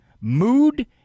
mood